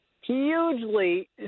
Hugely